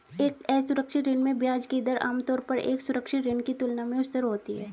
एक असुरक्षित ऋण में ब्याज की दर आमतौर पर एक सुरक्षित ऋण की तुलना में उच्चतर होती है?